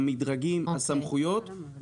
שהם אלה שעושים את העבודה הזאת בשטח.